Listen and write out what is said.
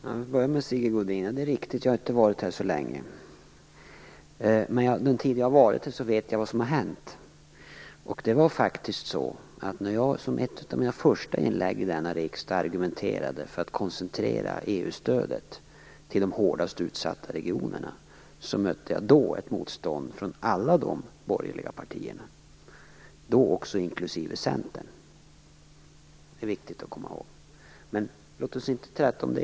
Fru talman! Jag vill börja med det som Sigge Godin sade. Det är riktigt att jag inte har varit här så länge. Men jag vet vad som har hänt under den tid jag har varit här. När jag hade ett av mina första inlägg i denna riksdag och argumenterade för att EU-stödet skulle koncentreras till de hårdast utsatta regionerna mötte jag ett motstånd från alla de borgerliga partierna, inklusive Centern. Det är viktigt att komma ihåg det. Men låt oss inte träta om det.